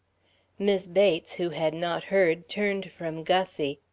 mis' bates, who had not heard, turned from gussie.